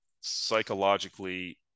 psychologically